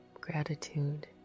gratitude